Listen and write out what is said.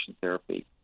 therapy